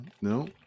No